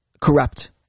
corrupt